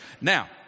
Now